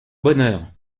bonheur